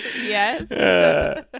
yes